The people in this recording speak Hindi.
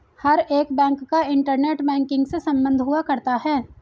हर एक बैंक का इन्टरनेट बैंकिंग से सम्बन्ध हुआ करता है